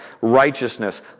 righteousness